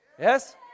Yes